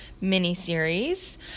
mini-series